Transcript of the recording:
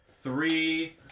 three